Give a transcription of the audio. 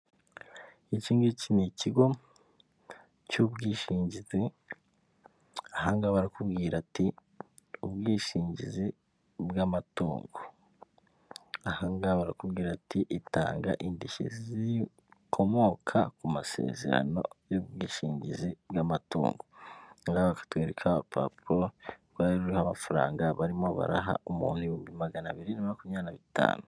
Iki ngiki ni ikigo cy'ubwishingizi, ahangaha barakubwira bati ubwishingizi bw'amatungo, ahangaha barakubwira bati itanga indishyi zikomoka ku masezerano y'ubwishingizi bw'amatungo. Aha ngaha haratwereka urupapuro rwari ruriho amafaranga barimo baraha umuntu rwariho amafaranga ibihumbi magana abiri na makumyabiri na bitanu.